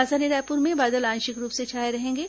राजधानी रायपुर में बादल आंशिक रूप से छाए रहेंगे